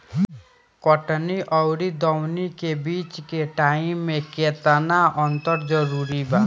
कटनी आउर दऊनी के बीच के टाइम मे केतना अंतर जरूरी बा?